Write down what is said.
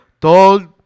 told